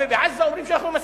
וכי למה?